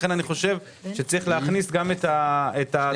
לכן אני חושב שצריך להכניס גם את התחולה,